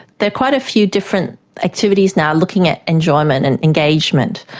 there are quite a few different activities now looking at enjoyment and engagement.